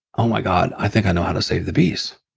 oh my god, i think i know how to save the bees